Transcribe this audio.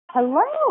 Hello